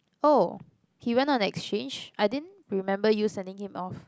oh he went on exchange I didn't remember you sending him off